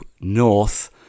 north